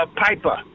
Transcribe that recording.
Piper